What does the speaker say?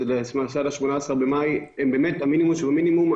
שזה עד ה-18 במאי הם באמת המינימום שבמינימום.